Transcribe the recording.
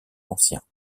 anciens